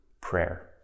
prayer